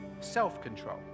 self-control